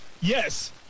Yes